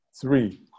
three